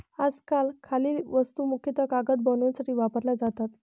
आजकाल खालील वस्तू मुख्यतः कागद बनवण्यासाठी वापरल्या जातात